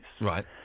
Right